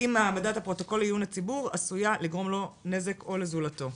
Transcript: אם העמדת הפרוטוקול לעיון הציבור עשויה לגרום לו נזק או לזולתו.